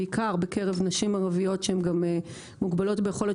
בעיקר בקרב נשים ערביות שהן גם מוגבלות ביכולת